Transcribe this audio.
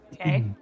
Okay